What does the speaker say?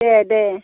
एह दे